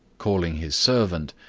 calling his servant,